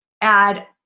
add